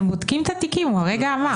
הם בודקים את התיקים, הוא הרגע אמר.